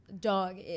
dog